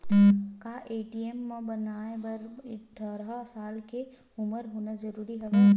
का ए.टी.एम बनवाय बर अट्ठारह साल के उपर होना जरूरी हवय?